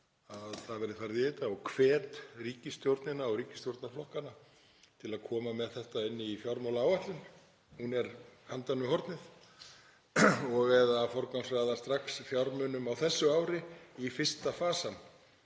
að farið verði í þetta. Ég hvet ríkisstjórnina og ríkisstjórnarflokkana til að koma með þetta inn í fjármálaáætlun, hún er handan við hornið, og/eða að forgangsraða strax fjármunum á þessu ári í fyrsta fasann